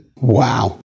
Wow